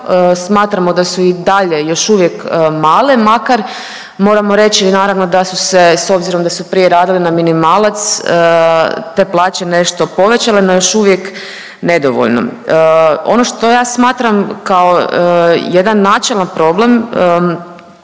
smatramo da su i dalje još uvijek male makar moramo reći naravno da su se s obzirom da su prije radili na minimalac te plaće nešto povećale, no još uvijek nedovoljno. Ono što ja smatram kao jedan načelan problem